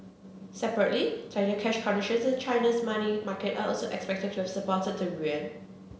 separately tighter cash conditions in China's money market are also expected to have supported the yuan